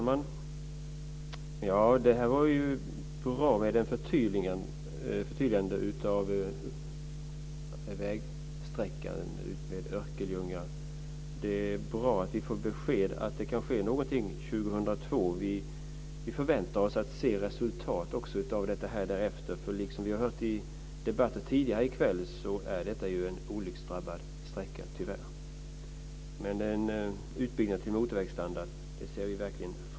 Fru talman! Det var bra med ett förtydligande om vägsträckan utmed Örkelljunga. Det är bra att vi får besked om att något kan ske 2002. Vi förväntar oss ett resultat. Detta är tyvärr en olycksdrabbad sträcka, liksom de vi har hört om i tidigare debatter här i kväll. Vi ser verkligen fram emot en utbyggnad till motorvägsstandard.